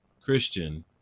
Christian